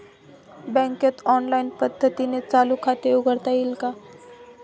बँकेत ऑनलाईन पद्धतीने चालू खाते उघडता येईल का?